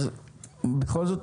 אז בכל זאת,